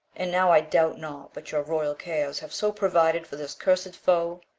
and now i doubt not but your royal cares have so provided for this cursed foe,